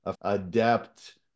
adept